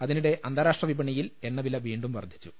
അതിനിടെ അന്താരാഷ്ട്ര വിപ ണിയിൽ എണ്ണവില വീണ്ടും വർധിച്ചു